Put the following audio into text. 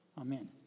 Amen